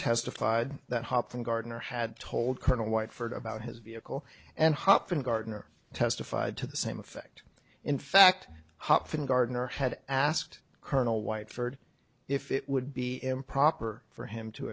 testified that hop from gardner had told colonel white furred about his vehicle and hopped in gardner testified to the same effect in fact hopf and gardner had asked colonel white furred if it would be improper for him to